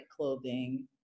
clothing